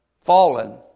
fallen